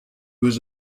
was